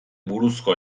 buruzko